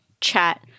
chat